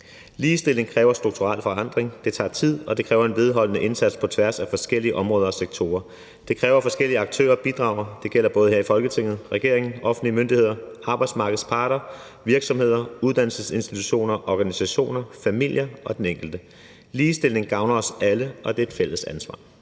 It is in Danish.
Ligestilling kræver strukturel forandring. Det tager tid, og det kræver en vedholdende indsats på tværs af forskellige områder og sektorer. Det kræver, at forskellige aktører bidrager – det gælder både her i Folketinget, regeringen, offentlige myndigheder, arbejdsmarkedets parter, virksomheder, uddannelsesinstitutioner, organisationer, familier og den enkelte. Ligestilling gavner os alle, og det er et fælles ansvar.